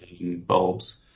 bulbs